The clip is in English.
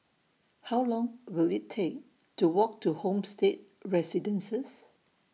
How Long Will IT Take to Walk to Homestay Residences